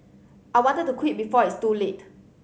I wanted to quit before it's too late